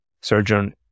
surgeon